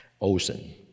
Ocean